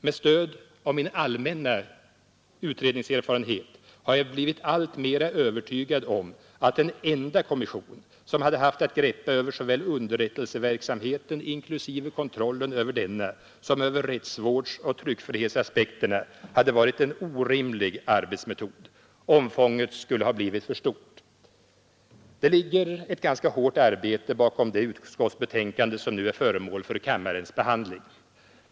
Med stöd av min allmänna utredningserfarenhet har jag blivit alltmera övertygad om att en enda kommission, som hade haft att greppa såväl över underrättelseverksamheten inklusive kontrollen av denna som över rättsvårdsoch tryckfrihetsaspekterna, hade varit en orimlig arbetsmetod. Omfånget skulle ha blivit för stort. Det ligger ett ganska hårt arbete bakom det utskottsbetänkande som nu är föremål för kammarens behandling.